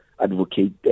advocate